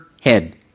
head